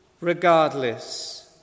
regardless